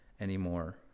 anymore